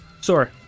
Sorry